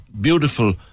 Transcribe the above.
beautiful